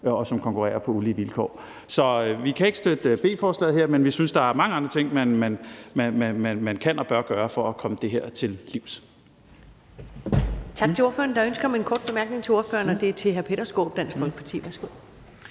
og som må konkurrere på ulige vilkår. Så vi kan ikke støtte B-forslaget her, men vi synes, at der er mange andre ting, man kan og bør gøre for at komme det her til livs.